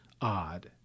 odd